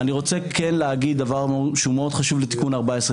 אני רוצה כן להגיד דבר שהוא מאוד חשוב לתיקון 14,